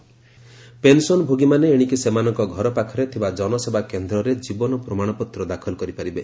ଜୀବନ ପ୍ରମାଣପତ୍ର ପେନ୍ସନ୍ ଭୋଗୀମାନେ ଏଣିକି ସେମାନଙ୍କ ଘର ପାଖରେ ଥିବା ଜନସେବା କେନ୍ଦ୍ରରେ ଜୀବନ ପ୍ରମାଣପତ୍ର ଦାଖଲ କରିପାରିବେ